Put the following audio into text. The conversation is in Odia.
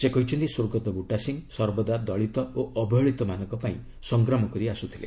ସେ କହିଛନ୍ତି ସ୍ୱର୍ଗତଃ ବୁଟା ସିଂହ ସର୍ବଦା ଦଳିତ ଓ ଅବହେଳିତମାନଙ୍କ ପାଇଁ ସଂଗ୍ରାମ କରି ଆସୁଥିଲେ